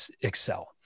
excel